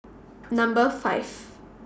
Number five